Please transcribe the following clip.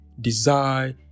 desire